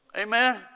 Amen